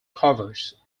covers